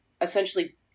essentially